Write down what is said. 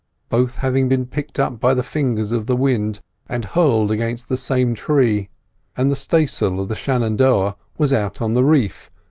both having been picked up by the fingers of the wind and hurled against the same tree and the stay-sail of the shenandoah was out on the reef,